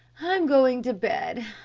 i'm going to bed.